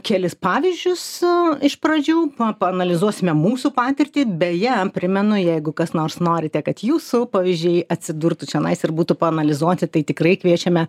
kelis pavyzdžius iš pradžių paanalizuosime mūsų patirtį beje primenu jeigu kas nors norite kad jūsų pavyzdžiai atsidurtų čionais ir būtų paanalizuoti tai tikrai kviečiame